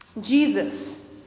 Jesus